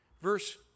verse